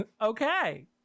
okay